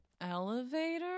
Elevator